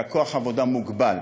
וכוח העבודה מוגבל.